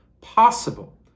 possible